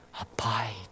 abide